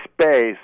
space